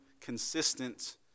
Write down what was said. consistent